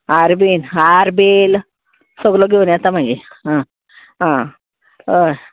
हार बीन हार बेल सगलो घेवन येता मागीर आं आं हय